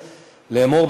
לאמור,